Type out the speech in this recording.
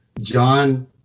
John